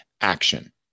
action